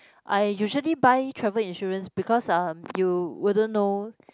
I usually buy travel insurance because uh you wouldn't know